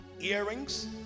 Earrings